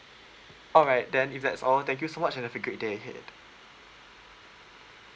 alright then if that's all thank you so much and have a great day ahead